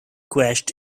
crashed